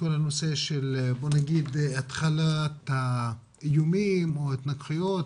כל הנושא של התחלת האיומים או התנגחויות